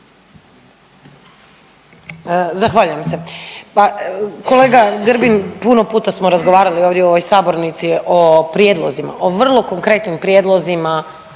Zahvaljujem se. Pa kolega Grbin puno puta smo razgovarali ovdje u ovoj sabornici o prijedlozima, o vrlo konkretnim prijedlozima